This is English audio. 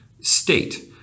state